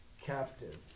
captive